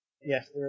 Yes